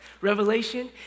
revelation